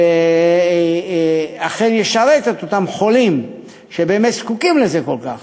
כדי שהוא אכן ישרת את אותם חולים שבאמת זקוקים לזה כל כך.